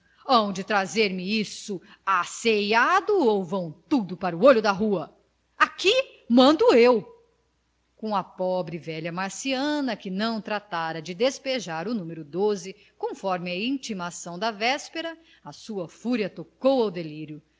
hão de trazer-me isto asseado ou vai tudo para o olho da rua aqui mando eu com a pobre velha marciana que não tratara de despejar o numero do conforme a intimação da véspera a sua fúria tocou ao delírio